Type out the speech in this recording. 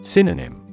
Synonym